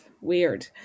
weird